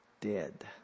dead